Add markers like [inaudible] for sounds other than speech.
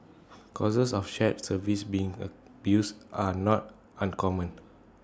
cases of shared services being [hesitation] abused are not uncommon